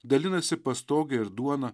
dalinasi pastoge ir duona